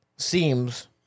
seems